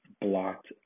blocked